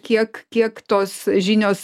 kiek kiek tos žinios